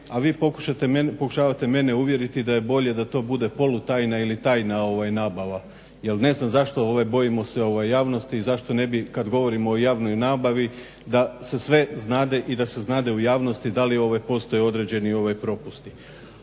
a vi pokušavate mene uvjeriti da je bolje da to bude polutajna ili tajna nabava jer ne znam zašto bojimo se javnosti i zašto ne bi kad govorimo o javnoj nabavi da se sve znade i da se znade u javnosti da li postoje određeni propusti.